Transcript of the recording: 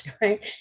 right